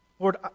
Lord